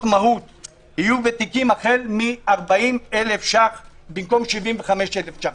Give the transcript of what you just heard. מהו"ת יהיו בתיקים החל מ-40,000 ₪ במקום 75,000 ₪.